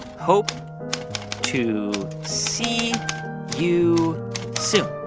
hope to see you soon.